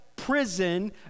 prison